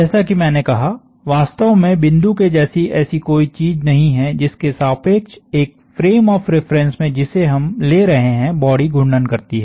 जैसा कि मैंने कहावास्तव में बिंदु के जैसी ऐसी कोई चीज नहीं है जिसके सापेक्ष एक फ्रेम ऑफ़ रिफरेन्स में जिसे हम ले रहे है बॉडी घूर्णन करती है